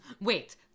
Wait